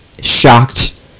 shocked